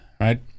right